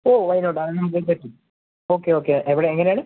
oh why not അത് നമുക്ക് പറ്റും ഓക്കെ ഓക്കെ എവിടെ എങ്ങനെയാണ്